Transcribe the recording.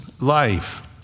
life